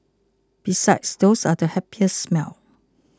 besides those are the happiest smells